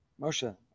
Moshe